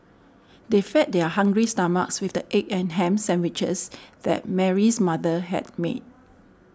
they fed their hungry stomachs with the egg and ham sandwiches that Mary's mother had made